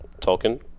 Tolkien